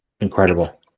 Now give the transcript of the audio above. Incredible